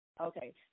Okay